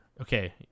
okay